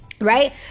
right